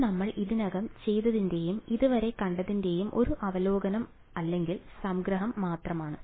ഇത് നമ്മൾ ഇതിനകം ചെയ്തതിന്റെയും ഇതുവരെ കണ്ടതിന്റെയും ഒരു അവലോകനം അല്ലെങ്കിൽ സംഗ്രഹം മാത്രമാണ്